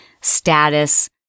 status